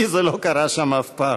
לי זה לא קרה שם אף פעם.